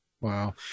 Wow